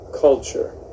culture